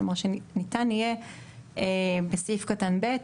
כמו שניתן יהיה בסעיף קטן ב',